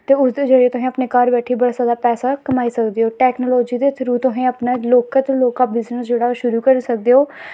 ते उसदे जरिए तुस घर बैठियै बड़ा सारा पैसा कमाई सकदे ओ टैकनालजी दे थ्रू तुसें अपना लौह्के तो लौह्का बिज़नस जेह्ड़ा ओह् शुरू करी सकदे ओ